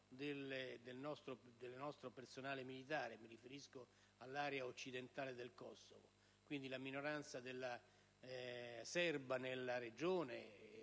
del nostro personale militare (mi riferisco all'area occidentale del Kosovo, quindi alla minoranza serba nella regione